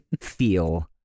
feel